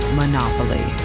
monopoly